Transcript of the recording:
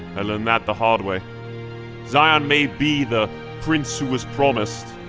i learned that the hard way zion may be the prince who was promised,